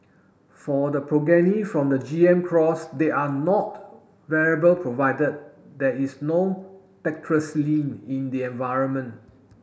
for the progeny from the G M cross they are not variable provided there is no tetracycline in the environment